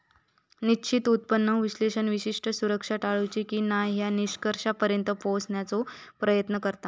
निश्चित उत्पन्न विश्लेषक विशिष्ट सुरक्षा टाळूची की न्हाय या निष्कर्षापर्यंत पोहोचण्याचो प्रयत्न करता